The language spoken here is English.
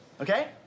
Okay